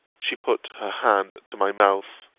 she put her hand to my mouth